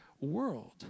world